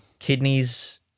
Kidneys